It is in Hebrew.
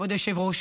כבוד היושב-ראש